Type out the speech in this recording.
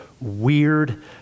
weird